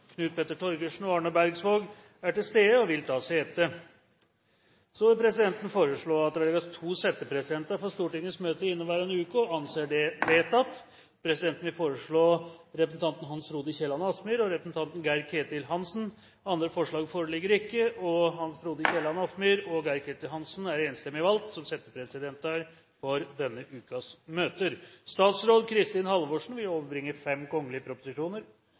Knut Petter Torgersen og Arne Bergsvåg er til stede og vil ta sete. Presidenten vil foreslå at det velges to settepresidenter for Stortingets møter i inneværende uke – og anser det som vedtatt. Presidenten vil foreslå representanten Hans Frode Kielland Asmyhr og representanten Geir-Ketil Hansen. – Andre forslag foreligger ikke, og Hans Frode Kielland Asmyhr og Geir-Ketil Hansen anses enstemmig valgt som settepresidenter for denne ukens møter. Representanten Torbjørn Røe Isaksen vil